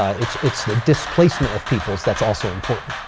ah it's it's the displacement of peoples that's also important.